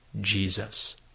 Jesus